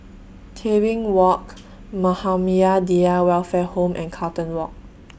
Tebing Walk Muhammadiyah Welfare Home and Carlton Walk